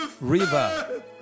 River